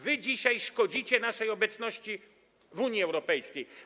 Wy dzisiaj szkodzicie naszej obecności w Unii Europejskiej.